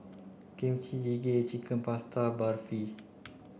Kimchi Jjigae Chicken Pasta Barfi